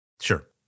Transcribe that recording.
Sure